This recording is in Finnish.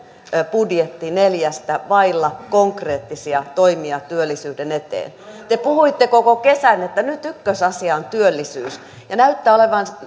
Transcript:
budjetti neljästä vailla konkreettisia toimia työllisyyden eteen te puhuitte koko kesän että nyt ykkösasia on työllisyys ja näyttää olevan